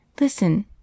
Listen